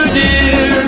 dear